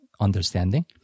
understanding